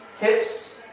hips